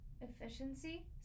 Efficiency